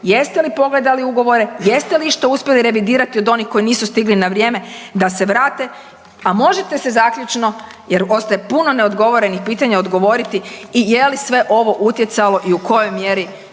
Jeste li pogledali ugovore, jeste li išta revidirati od onih koji nisu stigli na vrijeme da se vrate, a možete se zaključno jer ostaje puno neodgovorenih pitanja odgovoriti i je li sve ovo utjecalo i u kojoj mjeri